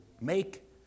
make